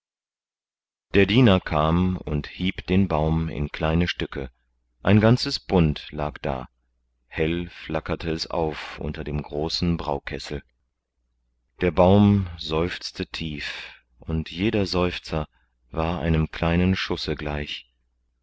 der diener kam und hieb den baum in kleine stücke ein ganzes bund lag da hell flackerte es auf unter dem großen braukessel der baum seufzte tief und jeder seufzer war einem kleinen schusse gleich